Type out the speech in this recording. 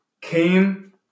came